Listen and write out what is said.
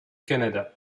canada